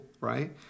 right